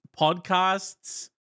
podcasts